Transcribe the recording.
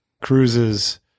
cruises